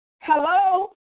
Hello